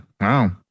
wow